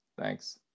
Thanks